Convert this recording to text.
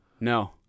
No